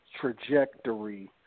trajectory